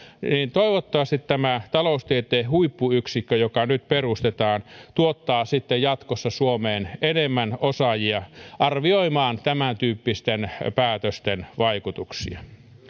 toivottavasti tämä taloustieteen huippuyksikkö joka nyt perustetaan tuottaa sitten jatkossa suomeen enemmän osaajia arvioimaan tämäntyyppisten päätösten vaikutuksia